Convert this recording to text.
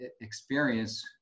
experience